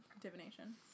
divination